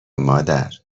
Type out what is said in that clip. مادر